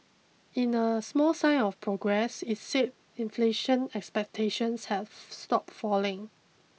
in a small sign of progress it said inflation expectations have stopped falling